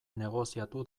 negoziatu